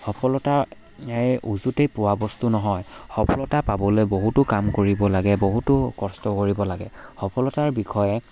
সফলতা এই উজোতেই পোৱা বস্তু নহয় সফলতা পাবলৈ বহুতো কাম কৰিব লাগে বহুতো কষ্ট কৰিব লাগে সফলতাৰ বিষয়ে